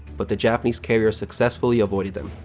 but the japanese carrier successfully avoided them.